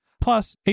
Plus